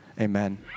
Amen